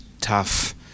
tough